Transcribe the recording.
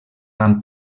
van